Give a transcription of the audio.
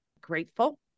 grateful